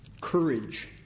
courage